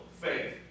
faith